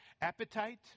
appetite